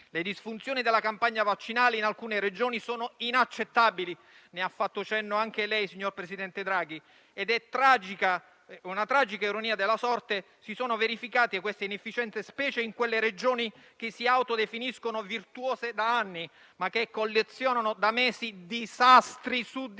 Le disfunzioni della campagna vaccinale in alcune Regioni sono inaccettabili - ne ha fatto cenno anche lei, signor presidente Draghi - e, per tragica ironia della sorte, tali inefficienze si sono verificate specie in quelle Regioni che si autodefiniscono virtuose da anni, ma che collezionano da mesi disastri su disastri